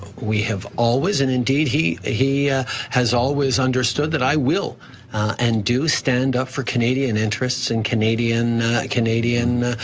we have always, and indeed he ah he has always, understood that i will come and do, stand up for canadian interests and canadian canadian